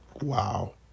Wow